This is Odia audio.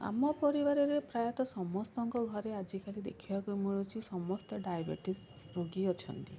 ଆମ ପରିବାରରେ ପ୍ରାୟତଃ ସମସ୍ତଙ୍କ ଘରେ ଆଜିକାଲି ଦେଖିବାକୁ ମିଳୁଛି ସମସ୍ତେ ଡ଼ାଇବେଟିସ୍ ରୋଗୀ ଅଛନ୍ତି